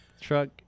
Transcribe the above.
truck